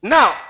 Now